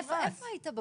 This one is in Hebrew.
איפה היית בבוקר?